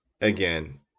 again